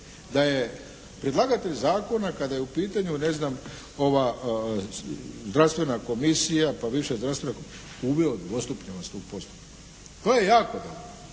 da je predlagatelj zakona kada je u pitanju ne znam zdravstvena komisija pa viša zdravstvena uveo … /Govornik se ne razumije./ … u postupku. To je jako dobro.